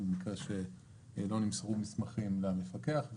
למקרה שלא נמסרו מסמכים למפקח.